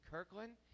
Kirkland